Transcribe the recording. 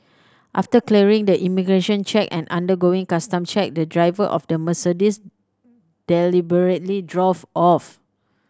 after clearing the immigration check and undergoing custom check the driver of the Mercedes deliberately drove off